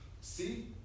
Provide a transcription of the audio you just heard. See